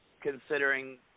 considering